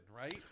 right